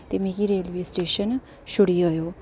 ते मिगी railway station छुड़ी आएओ